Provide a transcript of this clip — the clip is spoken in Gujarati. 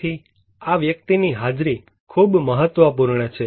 તેથી આ વ્યક્તિ ની હાજરી ખૂબ મહત્વપૂર્ણ છે